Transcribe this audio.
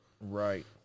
Right